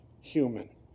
human